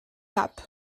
cap